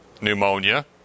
pneumonia